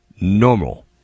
normal